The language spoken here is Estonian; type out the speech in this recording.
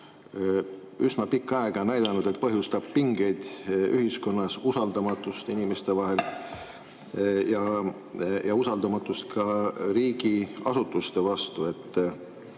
üsna pikka aega näidanud, et põhjustab ühiskonnas pingeid, usaldamatust inimeste vahel ja usaldamatust ka riigiasutuste vastu.